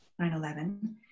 9-11